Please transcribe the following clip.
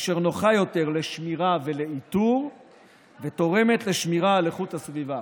אשר נוחה יותר לשמירה ולאיתור ותורמת לשמירה על איכות הסביבה.